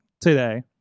today